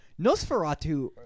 Nosferatu